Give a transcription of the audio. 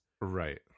Right